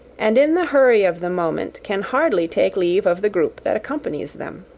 and in the hurry of the moment can hardly take leave of the group that accompanies them.